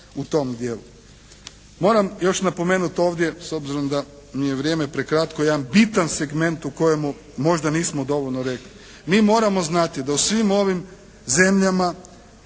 u tom dijelu. Moram još napomenuti ovdje, s obzirom da mi je vrijeme prekratko jedan bitan segment o kojemu možda nismo dovoljno rekli. Mi moramo znati da u svim ovim zemljama